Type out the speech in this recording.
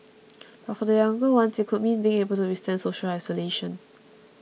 but for the younger ones it could mean being able to withstand social isolation